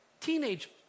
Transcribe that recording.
teenage